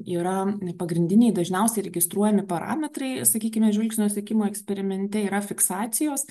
yra pagrindiniai dažniausiai registruojami parametrai sakykime žvilgsnio sekimo eksperimente yra fiksacijos